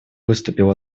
выступил